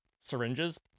syringes